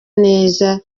neza